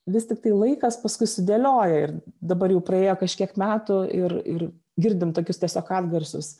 vis tiktai laikas paskui sudėlioja ir dabar jau praėjo kažkiek metų ir ir girdim tokius tiesiog atgarsius